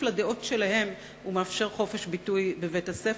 מצדם דנים בסוגיות שונות ונהנים מחופש ביטוי מלא בבית-הספר.